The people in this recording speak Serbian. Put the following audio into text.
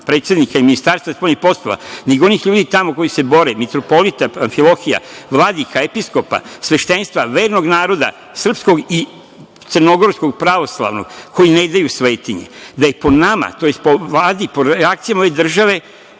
predsednika, niti Ministarstva spoljnih poslova, nego onih ljudi tamo koji se bore, mitropolita Amfilohija, vladika, episkopa, sveštenstva, vernog naroda srpskog i crnogorskog, pravoslavnog, koji ne daju svetinje. Da je po nama, tj. po Vladi, po reakcijama ove države,